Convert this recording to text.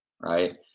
right